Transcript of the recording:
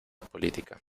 política